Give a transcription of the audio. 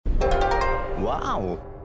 Wow